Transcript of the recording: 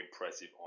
impressive